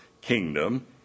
kingdom